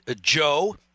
Joe